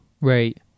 Right